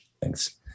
Thanks